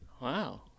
Wow